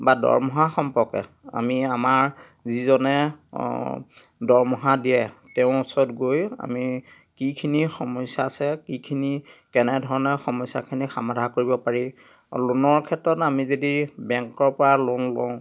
বা দৰমহা সম্পৰ্কে আমি আমাৰ যিজনে দৰমহা দিয়ে তেওঁৰ ওচৰত গৈ আমি কিখিনি সমস্যা আছে কিখিনি কেনেধৰণে সমস্যাখিনি সমাধা কৰিব পাৰি আৰু লোনৰ ক্ষেত্ৰত আমি যদি বেংকৰ পৰা লোন লওঁ